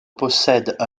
possède